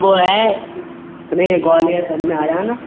वो है अपने ग्वालिअर सन में आ जाना